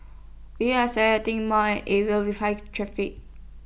we are selecting areas with high traffic